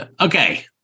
Okay